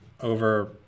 over